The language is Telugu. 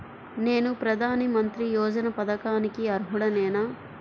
నేను ప్రధాని మంత్రి యోజన పథకానికి అర్హుడ నేన?